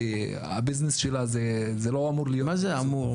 הביזנס שלה לא אמור להיות --- מה זה "אמור"?